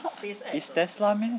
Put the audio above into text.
is tesla meh